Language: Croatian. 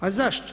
A zašto?